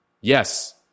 Yes